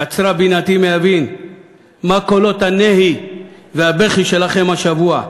קצרה בינתי מהבין מה קולות הנהי והבכי שלכם השבוע.